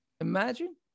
Imagine